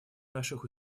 наших